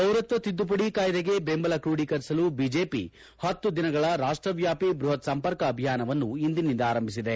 ಪೌರತ್ವ ತಿದ್ದುಪಡಿ ಕಾಯಿದೆಗೆ ಬೆಂಬಲ ಕೋಡೀಕರಿಸಲು ಬಿಜೆಪಿ ಹತ್ತು ದಿನಗಳ ರಾಷ್ಷವ್ಯಾಪ್ತಿ ಬೃಹತ್ ಸಂಪರ್ಕ ಅಭಿಯಾನವನ್ನು ಇಂದಿನಿಂದ ಆರಂಭಿಸಿದೆ